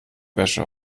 wäsche